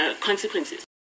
consequences